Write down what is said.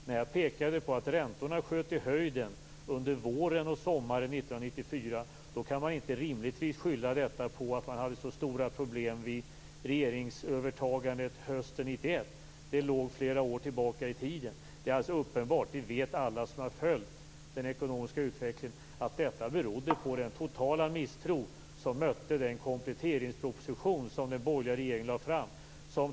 När jag pekade på att räntorna sköt i höjden under våren och sommaren 1994 kan man inte rimligtvis skylla detta på att man hade så stora problem vid regeringsövertagandet hösten 1991. Det låg flera år tillbaka i tiden. Det är alldeles uppenbart. Alla som har följt den ekonomiska utvecklingen vet att detta berodde på den totala misstro som mötte den kompletteringsproposition som den borgerliga regeringen lade fram.